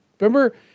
Remember